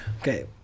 Okay